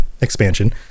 expansion